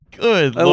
Good